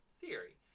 theory